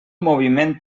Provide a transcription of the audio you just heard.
moviment